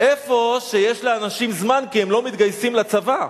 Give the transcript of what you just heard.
איפה שיש לאנשים זמן, כי הם לא מתגייסים לצבא.